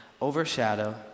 overshadow